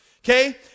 Okay